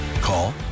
Call